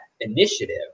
initiative